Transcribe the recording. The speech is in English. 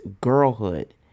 girlhood